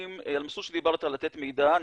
המסלול שדיברת על לתת מידע,